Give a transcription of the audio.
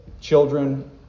children